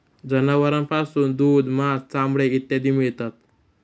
जनावरांपासून दूध, मांस, चामडे इत्यादी मिळतात